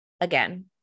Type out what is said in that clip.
again